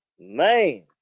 Man